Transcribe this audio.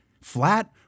Flat